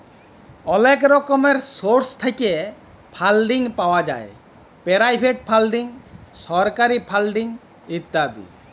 অলেক রকমের সোর্স থ্যাইকে ফাল্ডিং পাউয়া যায় পেরাইভেট ফাল্ডিং, সরকারি ফাল্ডিং ইত্যাদি